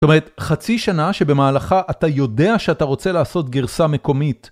זאת אומרת, חצי שנה שבמהלכה אתה יודע שאתה רוצה לעשות גרסה מקומית.